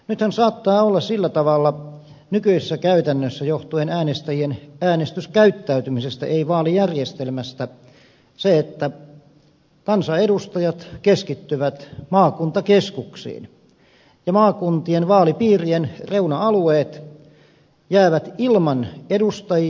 nythän saattaa olla sillä tavalla nykyisessä käytännössä johtuen äänestäjien äänestyskäyttäytymisestä ei vaalijärjestelmästä että kansanedustajat keskittyvät maakuntakeskuksiin ja maakuntien vaalipiirien reuna alueet jäävät ilman edustajia